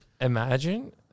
Imagine